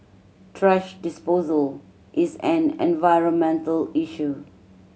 thrash disposal is an environmental issue